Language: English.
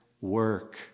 work